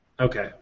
Okay